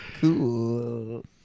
cool